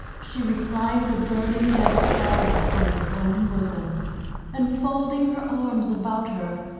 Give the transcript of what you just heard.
she reclined the burning head of charlotte on her own bosom and folding her arms about her,